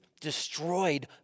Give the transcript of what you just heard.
destroyed